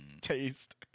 taste